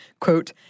quote